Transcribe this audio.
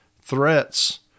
threats